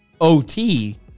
OT